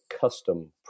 custom